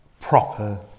proper